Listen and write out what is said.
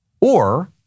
Or-